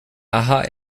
aha